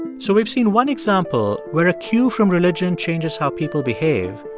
so we've seen one example where a cue from religion changes how people behave,